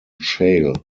shale